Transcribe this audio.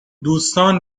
دوستان